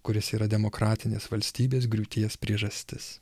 kuris yra demokratinės valstybės griūties priežastis